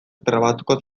trabatuko